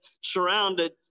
surrounded